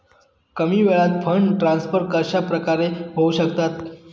कमी वेळात fund transfer कशाप्रकारे होऊ शकतात?